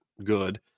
good